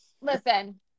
Listen